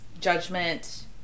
judgment